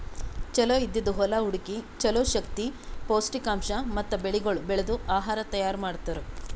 ಚಲೋ ಇದ್ದಿದ್ ಹೊಲಾ ಹುಡುಕಿ ಚಲೋ ಶಕ್ತಿ, ಪೌಷ್ಠಿಕಾಂಶ ಮತ್ತ ಬೆಳಿಗೊಳ್ ಬೆಳ್ದು ಆಹಾರ ತೈಯಾರ್ ಮಾಡ್ತಾರ್